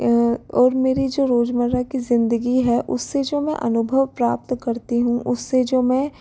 और मेरी जो रोजमर्रा की जिंदगी है उससे जो मैं अनुभव प्राप्त करती हूँ उससे जो मैं